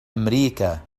أمريكا